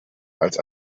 als